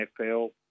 NFL